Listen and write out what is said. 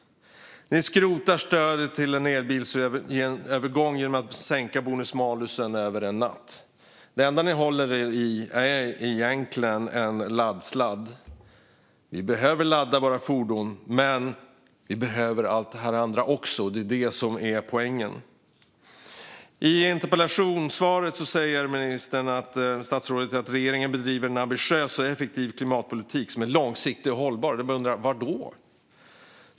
Man skrotar stödet till en elbilsövergång genom att över en natt sänka bonus malus. Det enda man håller fast vid är en laddsladd. Vi behöver ladda våra fordon, men vi behöver allt det andra också. Det är detta som är poängen. I interpellationssvaret sa statsrådet att regeringen bedriver en ambitiös och effektiv klimatpolitik som är långsiktig och hållbar. Jag bara undrar: Var då?